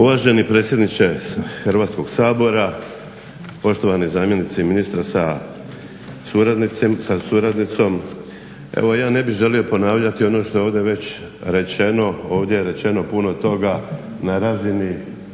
Uvaženi predsjedniče Hrvatskog sabora, poštovani zamjenici ministra sa suradnicom. Evo ja ne bih želio ponavljati ono što je ovdje već rečeno. Ovdje je rečeno puno toga na razini